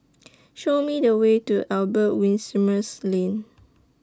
Show Me The Way to Albert Winsemius Lane